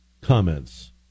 comments